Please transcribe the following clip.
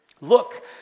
Look